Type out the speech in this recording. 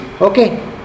Okay